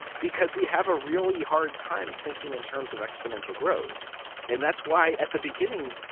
because we have a really hard time thinking in terms of exponential growth and that's why at the beginning,